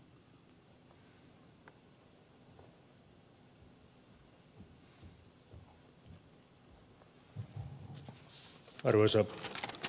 arvoisa puhemies